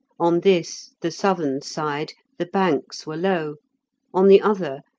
on this, the southern side, the banks were low on the other,